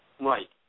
Right